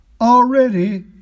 already